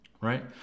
right